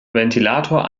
ventilator